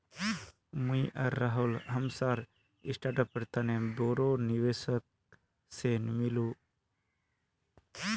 मुई आर राहुल हमसार स्टार्टअपेर तने बोरो निवेशक से मिलुम